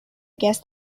guess